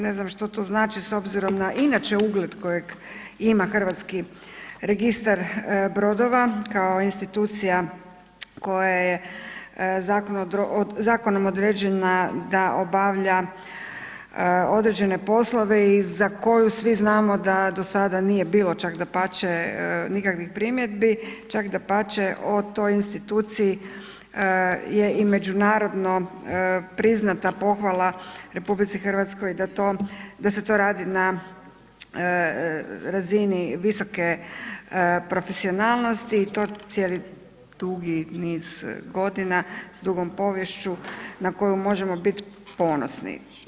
Ne znam što to znači s obzirom na inače ugled kojeg ima Hrvatski registar brodova kao institucija koja je zakonom određena da obavlja određene poslove i za koju svi znamo da do sada nije bilo, čak dapače nikakvih primjedbi, čak dapače o toj instituciji je i međunarodno priznata pohvala RH da to, da se to radi na razini visoke profesionalnosti i to cijeli dugi niz godina s dugom poviješću na koju možemo biti ponosni.